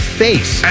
face